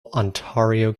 ontario